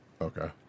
Okay